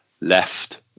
left